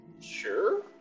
sure